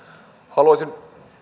haluaisin